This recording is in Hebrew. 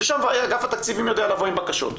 ששם אגף התקציבים יודע לבוא עם בקשות.